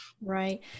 Right